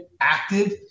active